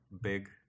big